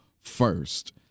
first